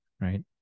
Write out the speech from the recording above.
Right